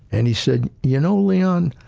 and he said, you know, leon,